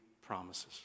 promises